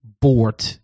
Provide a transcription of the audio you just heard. board